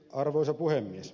arvoisa puhemies